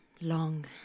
long